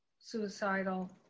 suicidal